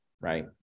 right